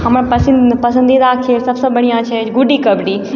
हमर पसन्द पसन्दीदा खेल सबसँ बढ़िआँ छै गुड्डी कबड्डी